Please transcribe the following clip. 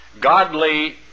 godly